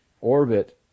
orbit